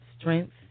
strength